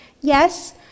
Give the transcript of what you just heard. Yes